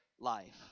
life